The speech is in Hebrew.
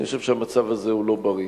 אני חושב שהמצב הזה הוא לא בריא.